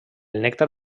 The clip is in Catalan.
nèctar